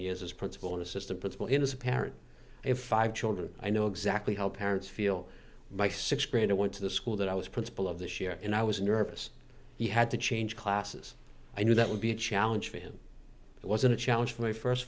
years as a principal an assistant principal in as a parent if five children i know exactly how parents feel my six grand i went to the school that i was principal of this year and i was nervous he had to change classes i knew that would be a challenge for him it wasn't a challenge for my first